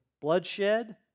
bloodshed